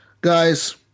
Guys